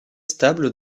stable